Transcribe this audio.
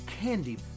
Candy